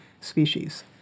species